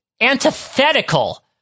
antithetical